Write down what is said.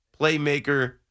playmaker